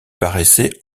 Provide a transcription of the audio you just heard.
paraissait